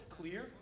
clear